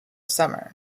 summer